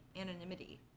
anonymity